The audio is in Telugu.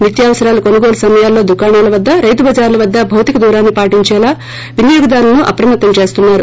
నిత్యావసరాల కొనుగోలు సమయాల్లో దుకాణాల వద్ద రైతు బజార్ణ వద్ద భౌతిక దూరాన్ని పాటించేలా వినియోగదారులను అప్రమత్తం చేస్తున్నారు